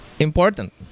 Important